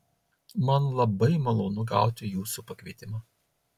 man labai malonu gauti jūsų pakvietimą